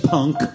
Punk